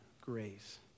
grace